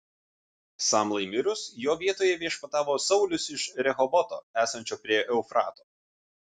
samlai mirus jo vietoje viešpatavo saulius iš rehoboto esančio prie eufrato